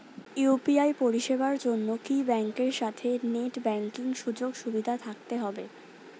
UPI পরিষেবার জন্য কি ব্যাংকের সাথে নেট ব্যাঙ্কিং সুযোগ সুবিধা থাকতে হবে?